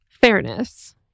fairness